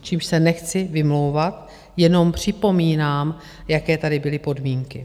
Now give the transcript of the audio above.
Čímž se nechci vymlouvat, jenom připomínám, jaké tady byly podmínky.